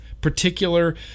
particular